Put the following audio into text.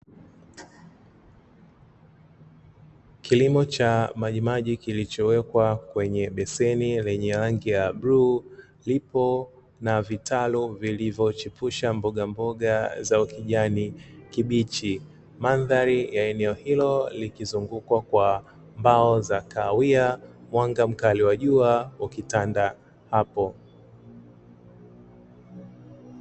Kilimo cha majimaji kilichowekwa kwenye beseni lenye rangi ya bluu lipo na vitalu vilivochipusha mboga mboga za ukijani kibichi, mandhari ya eneo hilo likiizungukwa kwa mbao za kahawia, mwanga mkali wa jua ukitanda hapo.